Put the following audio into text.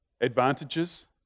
advantages